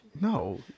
No